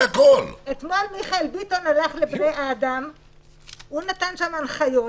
אתמול מיכאל ביטון הלך לבני אדם והוא נתן שם הנחיות.